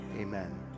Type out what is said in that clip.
amen